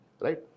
right